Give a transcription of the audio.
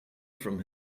from